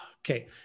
Okay